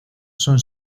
son